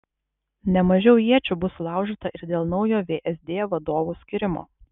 ne mažiau iečių bus sulaužyta ir dėl naujo vsd vadovo skyrimo